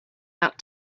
out